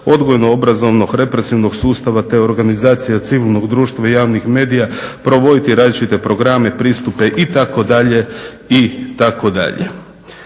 odgojno-obrazovnog, represivnog sustava te organizacija civilnog društva i javnih medija provoditi različite programe, pristupe itd.,